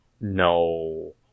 No